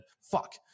fuck